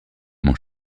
mon